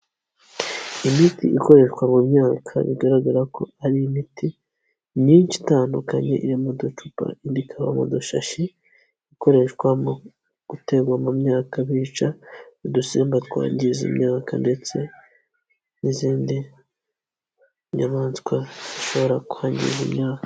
Imiti ikoreshwa mu myaka bigaragara ko ari imiti myinshi itandukanye iri mu uducupa indi ikaba mu dushashi ikoreshwa mu guterwa mu myaka bica udusimba twangiza imyaka ndetse n'izindi nyamaswa zishobora kwangiza imyaka.